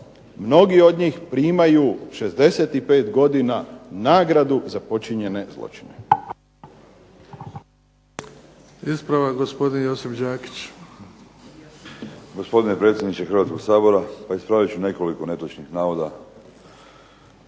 mnogi od njih primaju 65 godina nagradu za počinjene zločine.